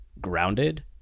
grounded